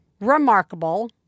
remarkable